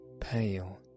pale